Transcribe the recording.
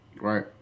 Right